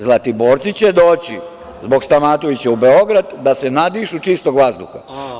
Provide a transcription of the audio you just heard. Zlatiborci će doći zbog Stamatovića u Beograd da se nadišu čistog vazduha.